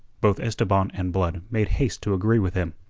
both esteban and blood made haste to agree with him,